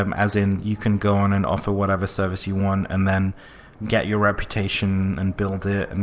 um as in you can go in and offer whatever service you want an then get your reputation and build it. and